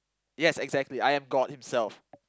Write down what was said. yes exactly I am god himself